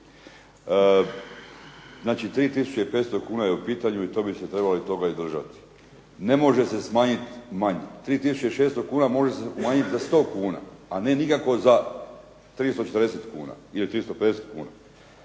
Znači, 3500 kuna je u pitanju i to bi se trebali toga i držati. Ne može se smanjiti manje. 3600 kuna može se umanjiti za 100 kuna, a ne nikako za 340 kuna ili 350 kuna.